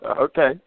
Okay